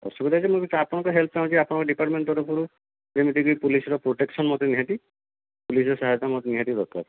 ଅସୁବିଧା ତା ହେଉଛି ଯେ ମୁଁ ଆପଣଙ୍କ ହେଲ୍ପ ଚାହୁଁଛି ଆପଣଙ୍କ ଡିପାର୍ଟମେଣ୍ଟ ତରଫରୁ ଯେମିତିକି ପୋଲିସ ର ପ୍ରୋଟେକ୍ସନ ମୋତେ ନିହାତି ପୋଲିସ ର ସହାୟତା ମୋତେ ନିହାତି ଦରକାର